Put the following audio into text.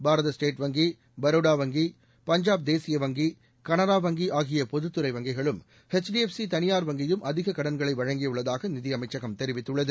பாரத state வங்கி பரோடா வங்கி பஞ்சாப் தேசிய வங்கி கனரா வங்கி ஆகிய பொதத்துறை வங்கிகளும் எச்டிஎஃப்சி தனியார் வங்கியும் அதிக கடன்களை வழங்கியுள்ளதாக நிதியமைச்சகம் தெரிவித்துள்ளது